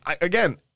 again